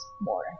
more